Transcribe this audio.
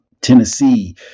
Tennessee